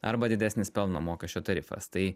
arba didesnis pelno mokesčio tarifas tai